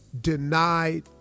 denied